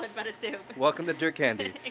and but so welcome to dirt candy